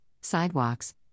sidewalks